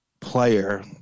player